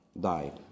died